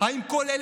תודה רבה.